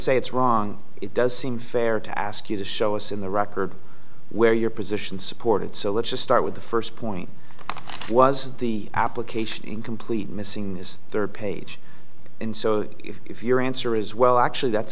say it's wrong it does seem fair to ask you to show us in the record where your position supported so let's just start with the first point was the application incomplete missing is there a page and so if your answer is well actually that's